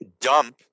dump